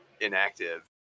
inactive